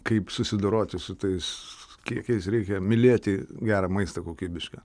kaip susidoroti su tais kiekiais reikia mylėti gerą maistą kokybišką